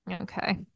Okay